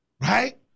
right